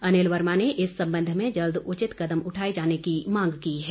अनिल वर्मा ने इस संबंध में जल्द उचित कदम उठाए जाने की मांग की है